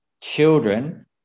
children